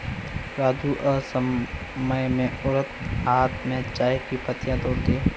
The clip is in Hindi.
राजू असम में औरतें हाथ से चाय की पत्तियां तोड़ती है